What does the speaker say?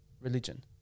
religion